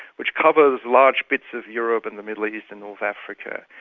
which covers large bits of europe and the middle east and north africa,